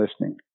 listening